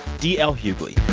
d l. hughley.